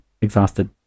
exhausted